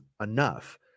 enough